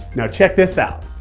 now check this out!